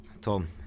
Tom